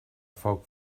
foc